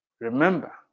Remember